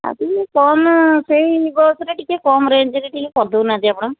ଆଉ ଟିକେ କମ୍ ସେଇ ବସ୍ରେ ଟିକେ କମ୍ ରେଞ୍ଜରେ ଟିକେ କରିଦେଉନାହାନ୍ତି ଆପଣ